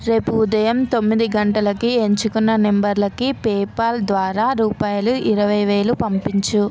రేపు ఉదయం తొమ్మిది గంటలకి ఎంచుకున్న నంబర్లకి పేపాల్ ద్వారా రూపాయలు ఇరవైవేలు పంపించు